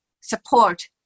support